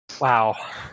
Wow